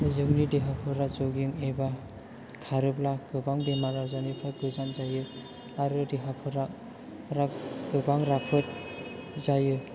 जोंनि देहाफोरा जगिं एबा खारोबा गोबां बेराम आजारनिफ्राय गोजान जायो आरो देहाफोरा गोबां राफोद जायो